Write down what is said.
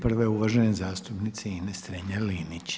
Prav je uvažene zastupnice Ines Strenja-Linić.